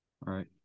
Right